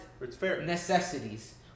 necessities